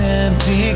empty